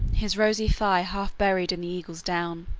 his rosy thigh half buried in the eagle's down,